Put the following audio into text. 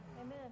Amen